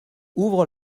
ouvre